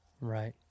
Right